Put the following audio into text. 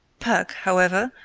perk, however,